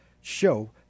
show